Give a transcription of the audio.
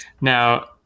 Now